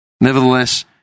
Nevertheless